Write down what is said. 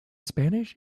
spanish